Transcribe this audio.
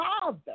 Father